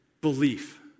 belief